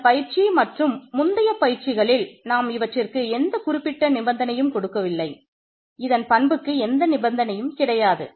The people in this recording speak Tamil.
இந்த பயிற்சிக்கு தீர்வு கிடைத்து விட்டது